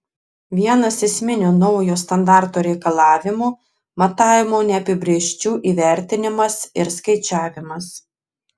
vienas esminių naujo standarto reikalavimų matavimų neapibrėžčių įvertinimas ir skaičiavimas